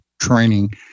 training